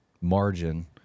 margin